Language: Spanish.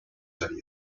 sellos